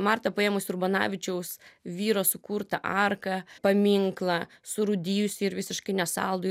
marta paėmus urbonavičiaus vyro sukurtą arką paminklą surūdijusį ir visiškai nesaldų